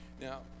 now